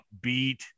upbeat